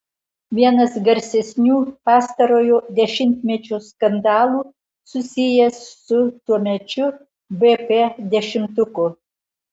vienas garsesnių pastarojo dešimtmečio skandalų susijęs su tuomečiu vp dešimtuku